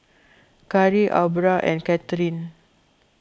Carri Aubra and Katherin